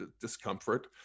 discomfort